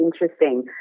interesting